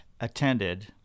attended